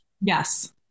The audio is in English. Yes